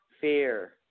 fear